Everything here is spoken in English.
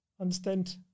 understand